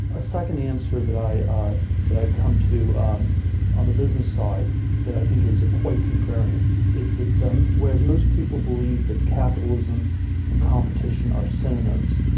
a second answer that i ah that i come to um on the business side that i think is quite contrarian is that um whereas most people believe that capitalism and competition are synonyms,